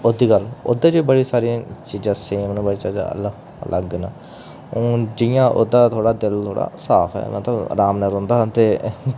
ओह्दी गल्ल ओह्दे च बड़ी सारियां चीजां सेम न ते चाहे अलग न ते हून जि'यां ओह्दा थोह्ड़ा दिल साफ़ ऐ मतलब आराम नाल रौह्ंदा हा ते